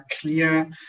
clear